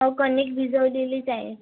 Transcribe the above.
हो कणिक भिजवलेलीच आहे